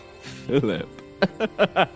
Philip